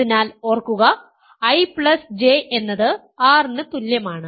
അതിനാൽ ഓർക്കുക IJ എന്നത് R ന് തുല്യമാണ്